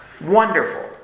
Wonderful